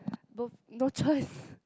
bo no choice